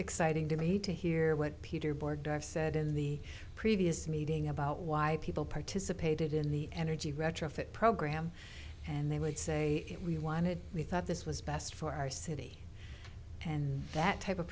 exciting to me to hear what peter board i've said in the previous meeting about why people participated in the energy retrofit program and they would say that we wanted we thought this was best for our city and that type of